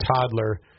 toddler